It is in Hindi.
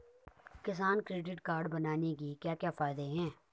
किसान क्रेडिट कार्ड बनाने के क्या क्या फायदे हैं?